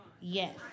Yes